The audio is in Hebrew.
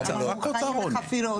לא מוכנים לחפירות.